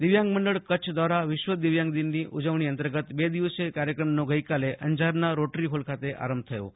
દિવ્યાંગ મંડળ કચ્છ દ્વારા વિશ્વ દિવ્યાંગ દિનની ઉજવણી અંતર્ગત બે દિવસીય કાર્યક્રમોનો ગઈકાલે અંજારના રોટરી હોલ ખાતે આરંભ થયો છે